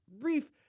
brief